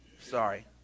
Sorry